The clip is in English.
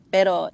Pero